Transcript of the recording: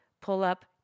pull-up